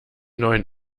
neuen